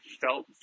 felt